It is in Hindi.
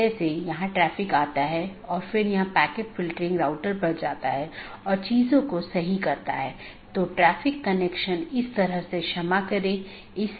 इसलिए यह महत्वपूर्ण है और मुश्किल है क्योंकि प्रत्येक AS के पास पथ मूल्यांकन के अपने स्वयं के मानदंड हैं